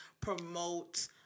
promote